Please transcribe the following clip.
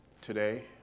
today